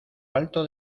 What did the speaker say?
alto